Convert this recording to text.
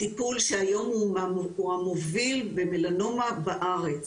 וטיפול שהיום הוא המוביל במלנומה בארץ.